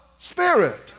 Spirit